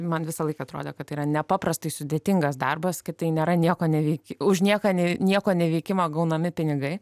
man visąlaik atrodė kad tai yra nepaprastai sudėtingas darbas kad tai nėra nieko neveiki už nieką ne nieko neveikimą gaunami pinigai